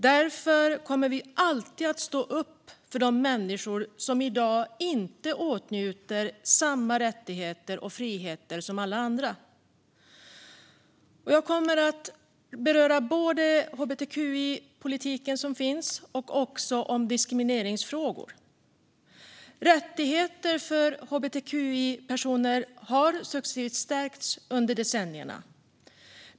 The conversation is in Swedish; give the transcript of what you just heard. Därför kommer vi alltid att stå upp för de människor som i dag inte åtnjuter samma rättigheter och friheter som alla andra. Jag kommer att beröra både hbtqi-politiken och också diskrimineringsfrågor. Rättigheter för hbtqi-personer har successivt stärkts under decennierna.